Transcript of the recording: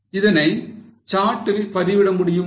இதனை சாட்டில் பதிவிட முடியுமா